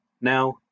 Now